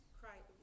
Christ